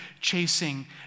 chasing